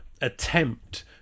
attempt